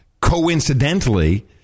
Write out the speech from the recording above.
Coincidentally